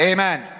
Amen